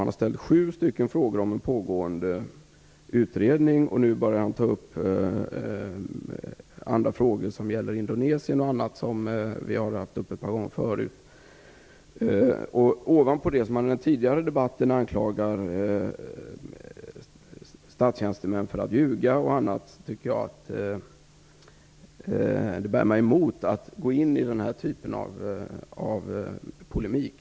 Han har ställt sju frågor om en pågående utredning, och nu börjar han ta upp andra frågor, som gäller Indonesien och annat, som har varit uppe ett par gånger förut. Tidigare i debatten anklagade han dessutom statstjänstemän för att ljuga m.m. Det bär mig emot att gå in i den typen av polemik.